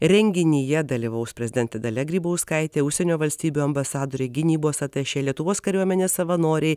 renginyje dalyvaus prezidentė dalia grybauskaitė užsienio valstybių ambasadoriai gynybos atašė lietuvos kariuomenės savanoriai